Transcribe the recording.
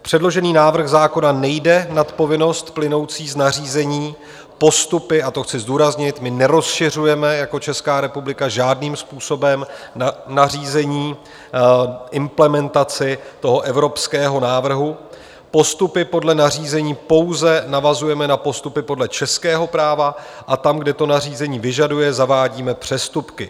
Předložený návrh zákona nejde nad povinnost plynoucí z nařízení, postupy a to chci zdůraznit, my nerozšiřujeme jako Česká republika žádným způsobem nařízení, implementaci toho evropského návrhu postupy podle nařízení pouze navazujeme na postupy podle českého práva a tam, kde to nařízení vyžaduje, zavádíme přestupky.